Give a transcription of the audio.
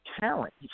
talent